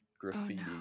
graffiti